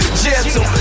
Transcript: gentle